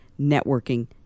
networking